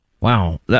Wow